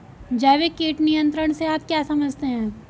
जैविक कीट नियंत्रण से आप क्या समझते हैं?